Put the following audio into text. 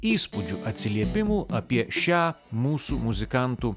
įspūdžių atsiliepimų apie šią mūsų muzikantų